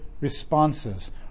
responses